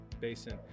Basin